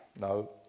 No